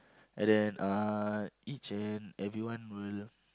and then uh each and everyone will